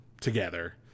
together